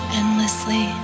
endlessly